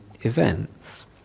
events